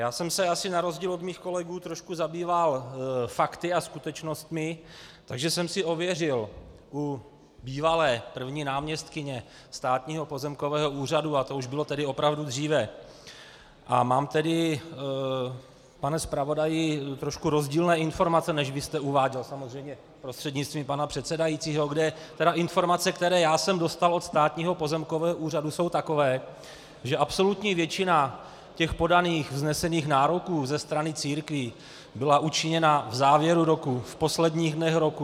Já jsem se asi na rozdíl od mých kolegů trošku zabýval fakty a skutečnostmi, takže jsem si ověřil u bývalé první náměstkyně Státního pozemkového úřadu, a to už bylo tedy opravdu dříve, a mám tedy, pane zpravodaji, trošku rozdílné informace, než vy jste uváděl, samozřejmě prostřednictvím pana předsedajícího, kde informace, které já jsem dostal od Státního pozemkového úřadu, jsou takové, že absolutní většina podaných vznesených nároků ze strany církví byla učiněna v závěru roku, v posledních dnech roku.